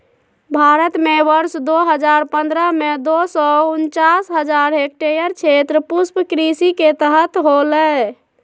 भारत में वर्ष दो हजार पंद्रह में, दो सौ उनचास हजार हेक्टयेर क्षेत्र पुष्पकृषि के तहत होले